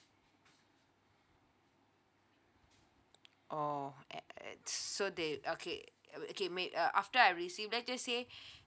oh uh so they okay uh okay may~ uh after I received let's just say